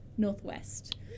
Northwest